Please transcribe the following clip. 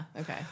Okay